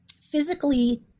physically